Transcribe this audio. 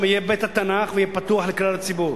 יהיה בית-התנ"ך אשר יהיה פתוח לכלל הציבור.